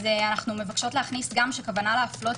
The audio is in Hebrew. אנחנו מבקשות להכניס גם שכוונה להפלות